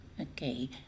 Okay